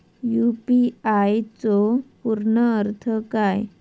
UPI चो पूर्ण अर्थ काय?